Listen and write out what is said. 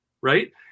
right